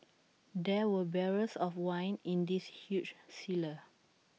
there were barrels of wine in this huge cellar